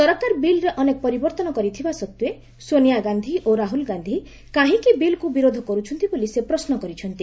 ସରକାର ବିଲ୍ରେ ଅନେକ ପରିବର୍ତ୍ତନ କରିଥିବା ସତ୍ତ୍ୱେ ସୋନିଆ ଗାନ୍ଧୀ ଓ ରାହୁଳ ଗାନ୍ଧୀ କାହିଁକି ବିଲ୍କୁ ବିରୋଧ କରୁଛନ୍ତି ବୋଲି ସେ ପ୍ରଶ୍ନ କରିଛନ୍ତି